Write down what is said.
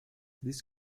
this